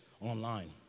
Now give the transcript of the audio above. online